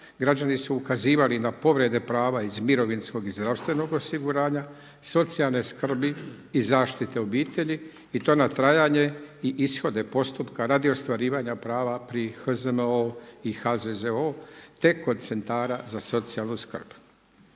građani su ukazivali na povrede prava iz mirovinskog i zdravstvenog osiguranja, socijalne skrbi i zaštite obitelji i to na trajanje i ishode postupka radi ostvarivanja prava pri HZMO-U i HZZO-u te kod centara za socijalnu skrb.